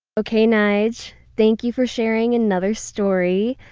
okay nyge, thank you for sharing another story.